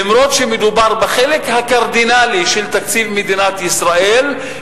למרות שמדובר בחלק הקרדינלי של תקציב מדינת ישראל,